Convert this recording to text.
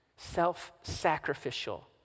Self-sacrificial